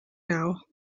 now